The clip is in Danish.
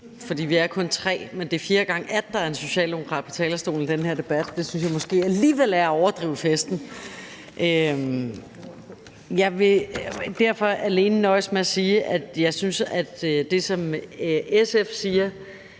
for vi er kun tre, men det er fjerde gang, at der er en socialdemokrat på talerstolen i den her debat, så det synes jeg måske alligevel er at overdrive festen. Jeg vil derfor alene nøjes med at sige, at det, som SF siger,